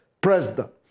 president